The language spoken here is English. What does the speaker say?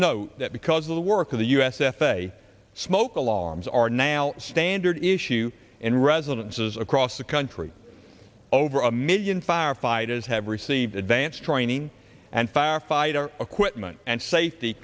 note that because of the work of the u s f a a smoke alarms are now standard issue and residences across the country over a million firefighters have received advanced training and firefighter equipment and safety